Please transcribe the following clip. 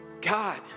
God